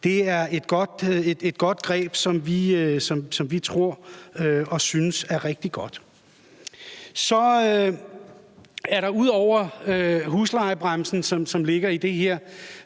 Det er et greb, som vi tror og synes er rigtig godt. Så er der ud over huslejebremsen, som ligger i det her,